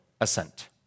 assent